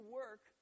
work